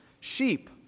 sheep